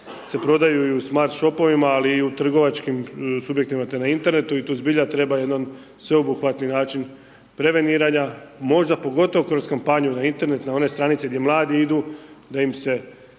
se prodaju i u smart shopovima ali i u trgovačkim .../Govornik se ne razumije./... imate na internetu i tu zbilja treba jedan sveobuhvatan način preveniranja, možda pogotovo kroz kampanju na Internet, na onoj stranici gdje mladi idu da im se